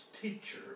teacher